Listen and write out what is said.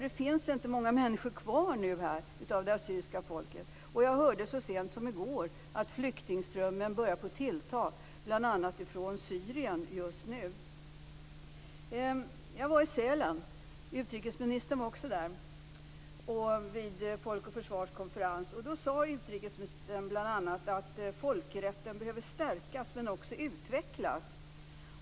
Det finns inte många människor kvar av det assyriska folket nu. Jag hörde så sent som i går att flyktingströmmen börjar tillta, bl.a. från Syrien, just nu. Jag var på Folk och Försvars konferens i Sälen, där även utrikesministern deltog. Utrikesministern sade då bl.a.: Folkrätten behöver stärkas, men också utvecklas.